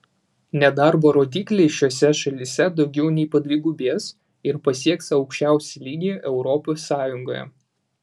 nedarbo rodikliai šiose šalyse daugiau nei padvigubės ir pasieks aukščiausią lygį europos sąjungoje